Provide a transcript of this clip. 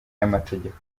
y’amategeko